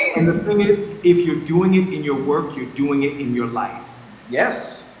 and the thing is, if you're doing it in your work, you're doing it in your life. yes.